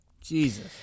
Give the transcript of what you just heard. Jesus